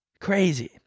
crazy